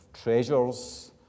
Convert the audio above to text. treasures